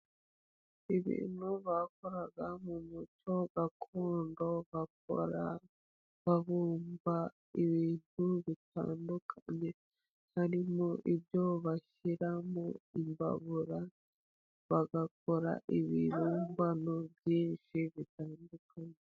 Ibintu bakoraga mu muco gakondo, bakora babumba ibintu bitandukanye harimo: ibyo bashyira mu mbabura, bagakora ibibumbano byinshi bitandukanye.